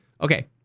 okay